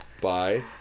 Bye